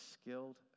skilled